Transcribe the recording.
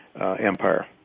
empire